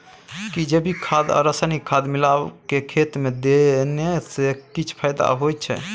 कि जैविक खाद आ रसायनिक खाद मिलाके खेत मे देने से किछ फायदा होय छै?